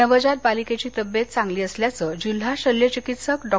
नवजात बालिकेची तब्येत चांगली असल्याचं जिल्हा शल्य चिकित्सक डॉ